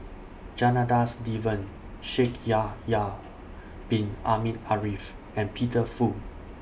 Janadas Devan Shaikh Yahya Bin Ahmed Afifi and Peter Fu